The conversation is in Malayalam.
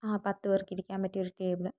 ആ പത്തു പേർക്കിരിക്കാൻ പറ്റിയ ഒരു ടേബിള്